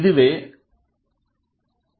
இதுவே அடிப்படை